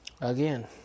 again